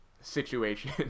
situation